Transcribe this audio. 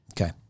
Okay